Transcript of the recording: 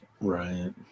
right